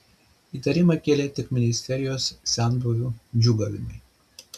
įtarimą kėlė tik ministerijos senbuvių džiūgavimai